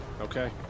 Okay